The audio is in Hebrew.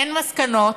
אין מסקנות,